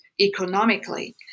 economically